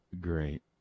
great